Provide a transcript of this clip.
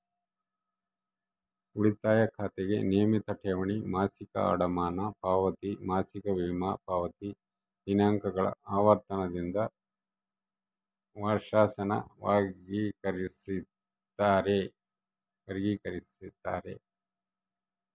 ಉಳಿತಾಯ ಖಾತೆಗೆ ನಿಯಮಿತ ಠೇವಣಿ, ಮಾಸಿಕ ಅಡಮಾನ ಪಾವತಿ, ಮಾಸಿಕ ವಿಮಾ ಪಾವತಿ ದಿನಾಂಕಗಳ ಆವರ್ತನದಿಂದ ವರ್ಷಾಸನ ವರ್ಗಿಕರಿಸ್ತಾರ